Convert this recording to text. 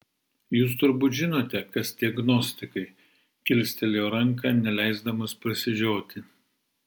jūs turbūt žinote kas tie gnostikai kilstelėjo ranką neleisdamas prasižioti